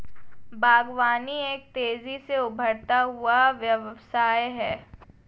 बागवानी एक तेज़ी से उभरता हुआ व्यवसाय है